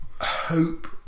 hope